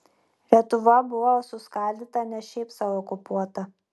lietuva buvo suskaldyta ne šiaip sau okupuota